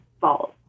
fault